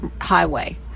highway